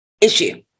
issue